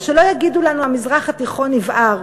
ושלא יגידו לנו: המזרח התיכון יבער.